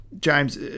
James